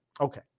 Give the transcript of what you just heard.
Okay